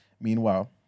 Meanwhile